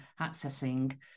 accessing